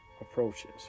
approaches